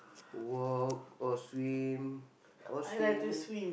walk or swim or sing